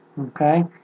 Okay